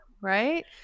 right